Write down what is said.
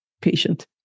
patient